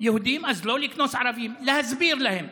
יהודים ואז לא לקנוס ערבים, להסביר להם.